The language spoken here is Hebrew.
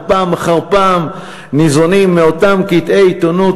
ופעם אחר פעם ניזונים מאותם קטעי עיתונות